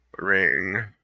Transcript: Ring